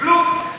וזה בסדר,